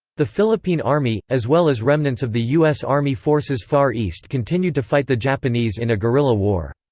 the philippine army, as well as remnants of the u s. army forces far east continued to fight the japanese in a guerrilla war.